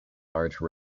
large